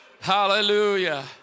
hallelujah